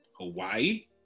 Hawaii